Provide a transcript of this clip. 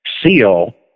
seal